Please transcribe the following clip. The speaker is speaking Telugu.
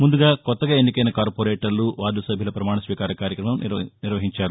ముందుగా కొత్తగా ఎన్నికైన కార్పొరేటర్లు వార్గ సభ్యుల ప్రమాణ స్వీకార కార్యక్రమం జరిగింది